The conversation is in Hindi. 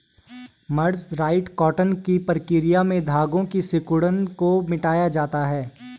मर्सराइज्ड कॉटन की प्रक्रिया में धागे की सिकुड़न को मिटाया जाता है